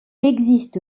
existe